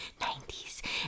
90s